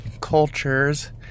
cultures